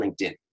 LinkedIn